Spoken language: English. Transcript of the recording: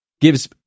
gives